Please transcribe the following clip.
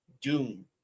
Doom